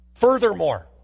Furthermore